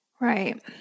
Right